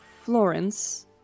Florence